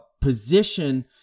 position